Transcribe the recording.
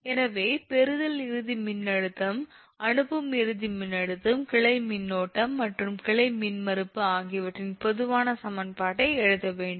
எனவே பெறுதல் இறுதி மின்னழுத்தம் அனுப்பும் இறுதி மின்னழுத்தம் கிளை மின்னோட்டம் மற்றும் கிளை மின்மறுப்பு ஆகியவற்றின் பொதுவான சமன்பாட்டை எழுத வேண்டும்